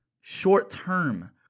short-term